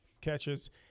catches –